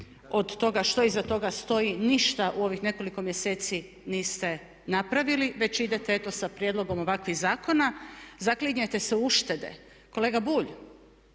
od toga što iza toga stoji ništa u ovih nekoliko mjeseci niste napravili već idete eto sa prijedlogom ovakvih zakona. Zaklinjete se u uštede. Kolega Bulj,